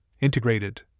integrated